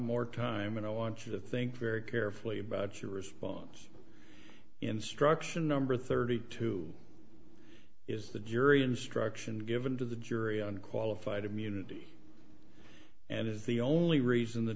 more time and i want you to think very carefully about your response instruction number thirty two is the jury instruction given to the jury on qualified immunity and is the only reason the